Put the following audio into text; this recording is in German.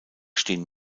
stehen